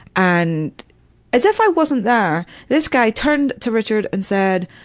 and as if i wasn't there, this guy turned to richard and said,